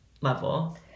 level